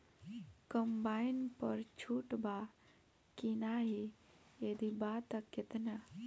Combine पर छूट बा की नाहीं यदि बा त केतना?